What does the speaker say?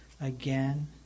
again